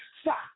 Stop